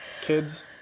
Kids